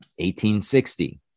1860